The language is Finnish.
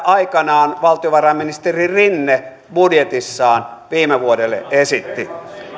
aikanaan valtiovarainministeri rinne budjetissaan viime vuodelle esitti